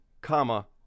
Comma